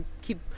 keep